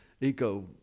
eco